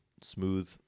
smooth